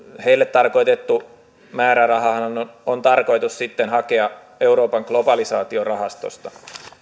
tarkoitettu määrärahahan on on tarkoitus sitten hakea euroopan globalisaatiorahastosta